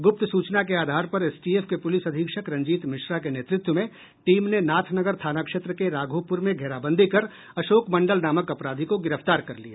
गुप्त सूचना के आधार पर एसटीएफ के पुलिस अधीक्षक रंजीत मिश्रा के नेतृत्व में टीम ने नाथनगर थाना क्षेत्र के राघोपूर में घेराबंदी कर अशोक मंडल नामक अपराधी को गिरफ्तार कर लिया